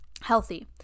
healthy